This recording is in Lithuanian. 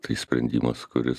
tai sprendimas kuris